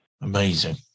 Amazing